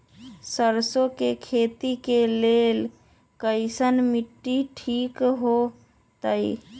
सरसों के खेती के लेल कईसन मिट्टी ठीक हो ताई?